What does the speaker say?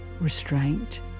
Restraint